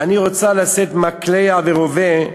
אני רוצה לשאת מקלע ורובה,